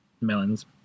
melons